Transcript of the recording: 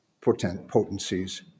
potencies